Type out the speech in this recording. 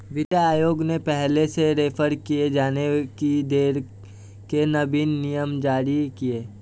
वित्तीय आयोग ने पहले से रेफेर किये जाने की दर के नवीन नियम जारी किए